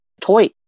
toy